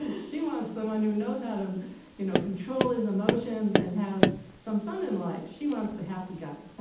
ah she wants the one who knows how to you know control his emotions and has some fun in life, she wants the happy guy.